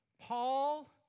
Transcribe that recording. Paul